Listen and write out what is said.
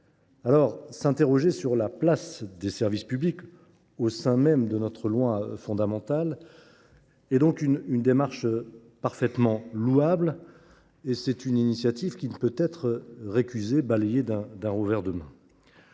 rurales. S’interroger sur la place des services publics au sein même de notre loi fondamentale est donc une démarche parfaitement louable et une initiative qui ne saurait être balayée d’un revers de main.